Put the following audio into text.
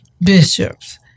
bishops